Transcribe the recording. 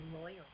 loyal